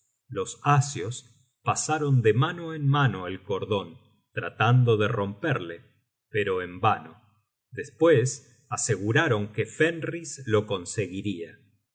los asios pasaron de mano en mano el cordon tratando de romperle pero en vano despues aseguraron que fenris lo conseguiria